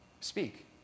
Speak